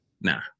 nah